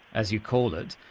as you call it.